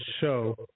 show